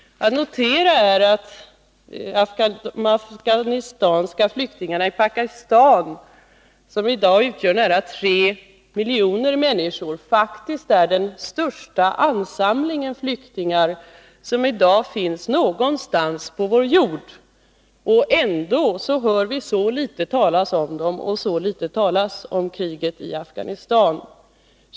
Att notera är att de afghanska flyktingarna i Pakistan, som i dag utgör nära tre miljoner människor, faktiskt är den största ansamling flyktingar som finns någonstans på vår jord, och ändå hör vi så litet talas om dem och om kriget i Afghanistan.